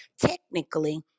technically